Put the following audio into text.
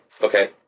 Okay